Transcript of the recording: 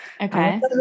okay